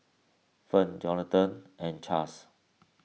Fern Johathan and Chas